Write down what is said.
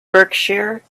berkshire